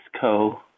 co